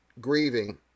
grieving